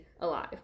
alive